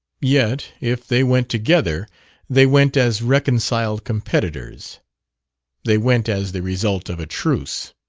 yet if they went together they went as reconciled competitors they went as the result of a truce.